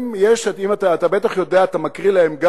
אתה בטח יודע, גם אתה מקריא להם,